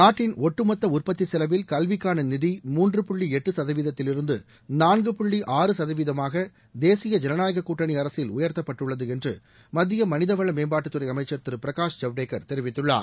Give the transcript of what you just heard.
நாட்டின் ஒட்டுமொத்த உற்பத்தி செலவில் கல்விக்கான நிதி மூன்று புள்ளி எட்டு சதவீதத்திலிருந்து நான்கு புள்ளி ஆறு கதவீதமாக தேசிய ஜனநாயக கூட்டணி அரசில் உயர்த்தப்பட்டுள்ளது என்று மத்திய மனிதவள மேம்பாட்டுத்துறை அமைச்சர் திரு பிரகாஷ் ஐவடேகர் தெரிவித்துள்ளார்